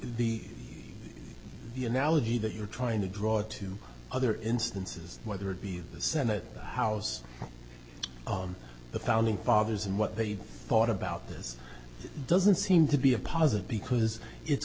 status the analogy that you're trying to draw to other instances whether it be the senate house the founding fathers and what they thought about this doesn't seem to be a positive because it's